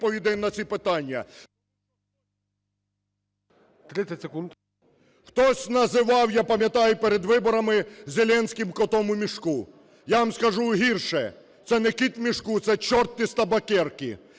Хтось називав, я пам’ятаю, перед виборамиЗеленського котом у мішку. Я вам скажу гірше, це не кіт в мішку – це чорт із табакерки.